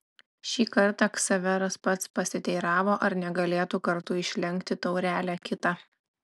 šį kartą ksaveras pats pasiteiravo ar negalėtų kartu išlenkti taurelę kitą